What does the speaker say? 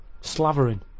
slavering